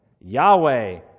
Yahweh